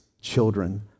children